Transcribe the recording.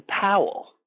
powell